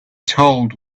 told